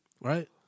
Right